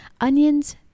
onions